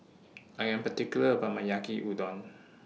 I Am particular about My Yaki Udon